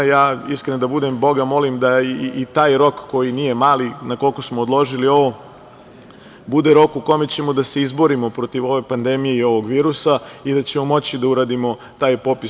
Iskren da budem, Boga molim da i taj rok koji nije mali na koji smo odložili ovo bude rok u kome ćemo da se izborimo protiv ove pandemije i ovog virusa i da ćemo moći da uradimo taj popis.